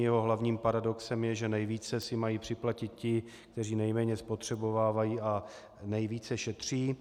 Jeho hlavním paradoxem je, že nejvíce si mají připlatit ti, kteří nejméně spotřebovávají a nejvíce šetří.